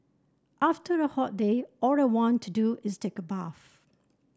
after a hot day all I want to do is take a bath